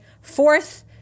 fourth